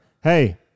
hey